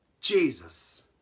Jesus